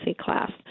class